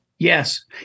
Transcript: Yes